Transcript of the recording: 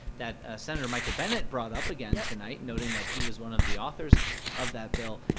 that ah senator michael bennet brought up again tonight, noting that he was one of the authors of that bill,